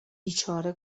بیچاره